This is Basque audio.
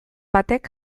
batek